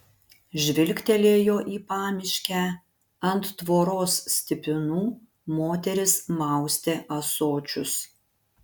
žvilgtelėjo į pamiškę ant tvoros stipinų moteris maustė ąsočius